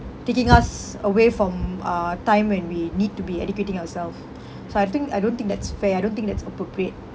taking us away from uh time when we need to be educating ourself so I think I don't think that's fair I don't think that's appropriate